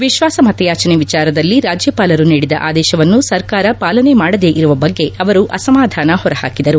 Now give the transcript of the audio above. ವಿಶ್ವಾಸ ಮತಯಾಚನೆ ವಿಚಾರದಲ್ಲಿ ರಾಜ್ಯಪಾಲರು ನೀಡಿದ ಆದೇಶವನ್ನು ಸರ್ಕಾರ ಪಾಲನೆ ಮಾಡದೇ ಇರುವ ಬಗ್ಗೆ ಅವರು ಅಸಮಾಧಾನ ಹೊರ ಹಾಕಿದರು